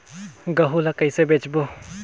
गहूं ला कइसे बेचबो?